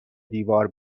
دیوار